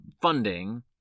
funding